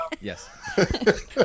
Yes